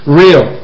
real